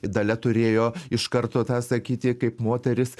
dalia turėjo iš karto tą sakyti kaip moteris